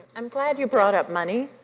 i'm glad you brought up money.